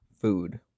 food